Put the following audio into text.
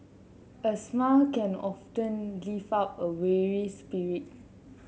a smile can often lift up a weary spirit